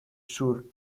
sur